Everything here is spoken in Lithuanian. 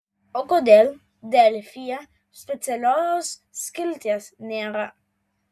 o kodėl delfyje specialios skilties nėra